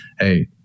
hey